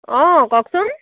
অঁ কওঁকচোন